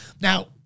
Now